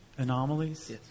Anomalies